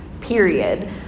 period